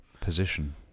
position